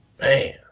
Man